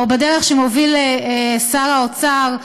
או בדרך שמוביל שר האוצר,